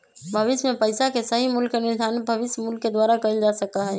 भविष्य में पैसा के सही मूल्य के निर्धारण भविष्य मूल्य के द्वारा कइल जा सका हई